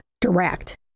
direct